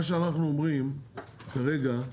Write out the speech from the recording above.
אז מה שאנחנו אומרים כרגע הוא: